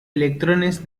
electrones